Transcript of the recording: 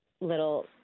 little